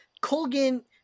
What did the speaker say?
Colgan